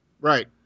Right